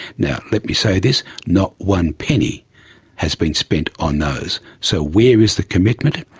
now, let me say this not one penny has been spent on those. so where is the commitment?